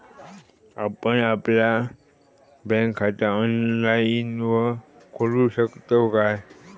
आपण आपला बँक खाता ऑनलाइनव खोलू शकतव काय?